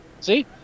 See